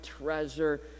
treasure